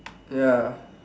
ya